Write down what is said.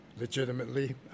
legitimately